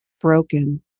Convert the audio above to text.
broken